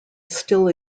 still